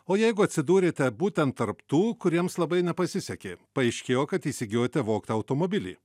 o jeigu atsidūrėte būtent tarp tų kuriems labai nepasisekė paaiškėjo kad įsigijote vogtą automobilį